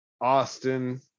Austin